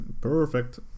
Perfect